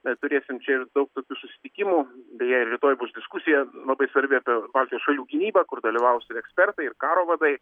mes turėsim ir daug tokių susitikimų beje ir rytoj bus diskusija labai svarbi apie baltijos šalių gynybą kur dalyvaus ir ekspertai ir karo vadai